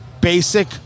basic